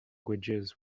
leagues